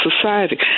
society